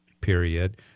period